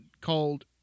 called